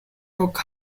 work